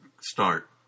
start